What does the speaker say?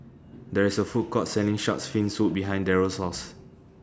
There IS A Food Court Selling Shark's Fin Soup behind Darell's House